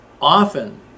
often